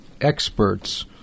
experts